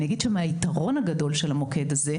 היתרון הגדול של המוקד הזה,